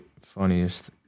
Funniest